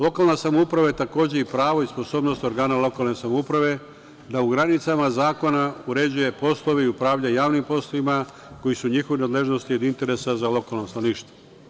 Lokalna samouprava je takođe pravo i sposobnost organa lokalne samouprave da u granicama zakona uređuje poslove i upravlja javnim poslovima koji su u nadležnosti i u interesima za lokalno stanovništvo.